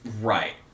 Right